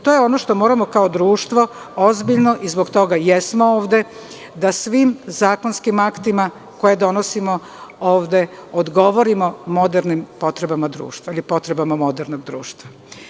To je ono što moramo kao društvo ozbiljno i zbog toga jesmo ovde da svim zakonskim aktima koje donosimo ovde, odgovorimo ovde modernim potrebama društva ili potrebama modernog društva.